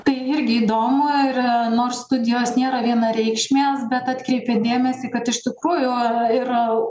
tai irgi įdomu ir nors studijos nėra vienareikšmės bet atkreipė dėmesį kad iš tikrųjų yra